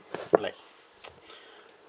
like